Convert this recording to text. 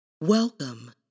Welcome